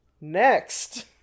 Next